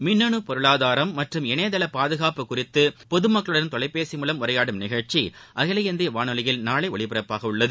மின்னனு பொருளாதாரம் மற்றும் இணையதள பாதுகாப்பு குறித்து பொதுமக்களுடன் தொலைபேசி மூலம் உரையாடும் நிகழ்ச்சி அகில இந்திய வானொலியில் நாளை ஒலிபரப்பாக உள்ளது